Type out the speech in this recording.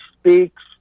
speaks